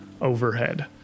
overhead